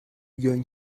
going